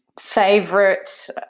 favorite